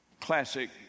classic